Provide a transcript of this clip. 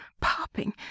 popping